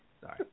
Sorry